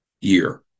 year